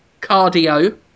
Cardio